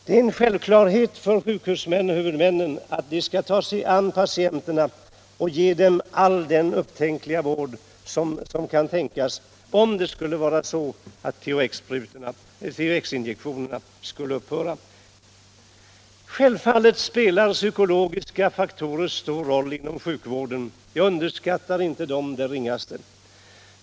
Det är en självklarhet för sjukhushuvudmännen att ta sig an dessa patienter och ge dem all upptänklig vård om THX-injektionerna upphör. Självfallet spelar psykologiska faktorer stor roll i sjukvården. Jag underskattar inte dem det ringaste.